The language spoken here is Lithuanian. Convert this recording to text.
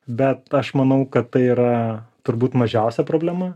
bet aš manau kad tai yra turbūt mažiausia problema